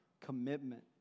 commitment